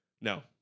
No